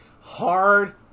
hard